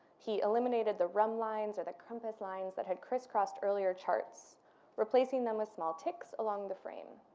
he eliminated the rum lines or the compass lines that had crisscrossed earlier charts replacing them with small ticks along the frame.